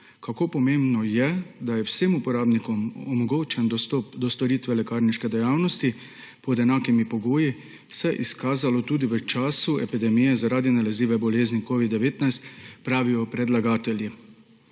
Kako pomembno je, da je vsem uporabnikom omogočen dostop do storitve lekarniške dejavnosti pod enakimi pogoji, se je izkazalo tudi v času epidemije zaradi nalezljive bolezni covid-19, pravijo predlagatelji.